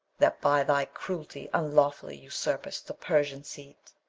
that by thy cruelty unlawfully usurp'st the persian seat,